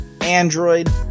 android